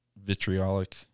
vitriolic